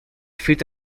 feet